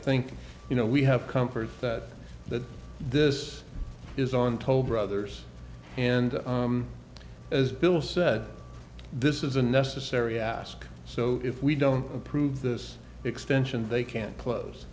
think you know we have comfort that this is on toll brothers and as bill said this is a necessary ask so if we don't approve this extension they can't close